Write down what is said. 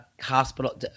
hospital